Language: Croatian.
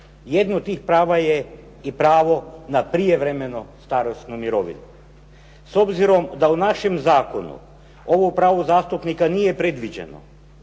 jedno od tih prava je pravo na prijevremenu starosnu mirovinu". S obzirom da u našem zakonu ovo pravo zastupnika nije predviđeno,